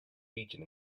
region